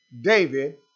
David